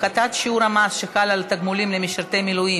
הפחתת שיעור המס שחל על תגמולים למשרתי מילואים),